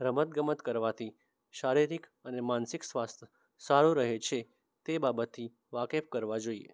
રમતગમત કરવાથી શારીરિક અને માનસિક સ્વાસ્થ્ય સારું રહે છે તે બાબતથી વાકેફ કરવા જોઈએ